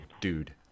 dude